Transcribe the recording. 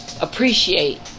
appreciate